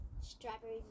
Strawberry